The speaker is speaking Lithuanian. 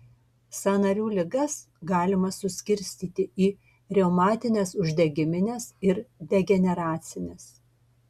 sąnarių ligas galima suskirstyti į reumatines uždegimines ir degeneracines